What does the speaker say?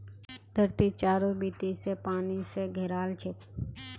धरती चारों बीती स पानी स घेराल छेक